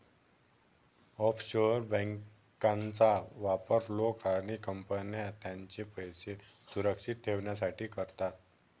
offshore बँकांचा वापर लोक आणि कंपन्या त्यांचे पैसे सुरक्षित ठेवण्यासाठी करतात